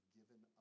given